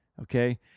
okay